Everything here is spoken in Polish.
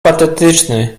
patetyczny